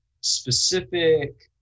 specific